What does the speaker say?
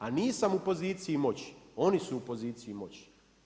A nisam u poziciji moći, oni su u poziciji moći.